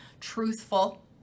truthful